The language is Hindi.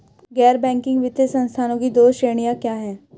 गैर बैंकिंग वित्तीय संस्थानों की दो श्रेणियाँ क्या हैं?